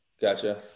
Gotcha